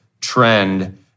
trend